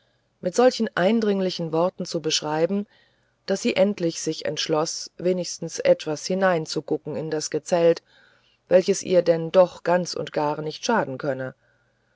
mit solchen eindringlichen worten zu beschreiben daß sie endlich sich entschloß wenigstens etwas hineinzugucken in das gezelt welches ihr denn doch ganz und gar nicht schaden könne